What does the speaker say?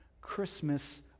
Christmas